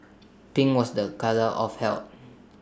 pink was A colour of health